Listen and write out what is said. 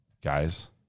guys